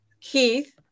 keith